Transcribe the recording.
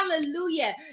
Hallelujah